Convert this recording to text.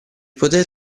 poter